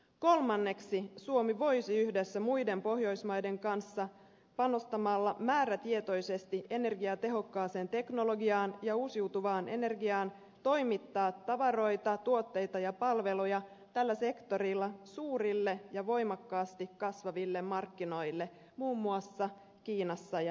kolmanneksi suomi voisi yhdessä muiden pohjoismaiden kanssa panostamalla määrätietoisesti energiatehokkaaseen teknologiaan ja uusiutuvaan energiaan toimittaa tavaroita tuotteita ja palveluja tällä sektorilla suurille ja voimakkaasti kasvaville markkinoille muun muassa kiinassa ja intiassa